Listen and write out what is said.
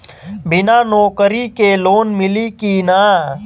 बिना नौकरी के लोन मिली कि ना?